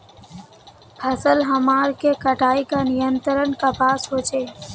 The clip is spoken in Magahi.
फसल हमार के कटाई का नियंत्रण कपास होचे?